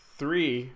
three